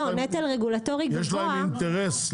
יש להם אינטרס.